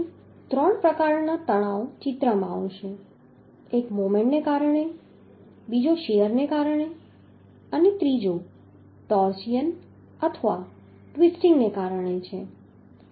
તેથી ત્રણ પ્રકારના તણાવ ચિત્રમાં આવશે એક મોમેન્ટને કારણે છે બીજો શીયરને કારણે છે અને ત્રીજો ટોર્સિયન અથવા ટ્વિસ્ટિંગને કારણે છે